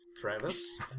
Travis